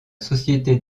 société